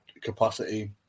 capacity